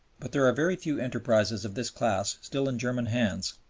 but there are very few enterprises of this class still in german hands,